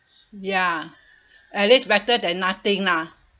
ya at least better than nothing lah